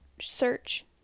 search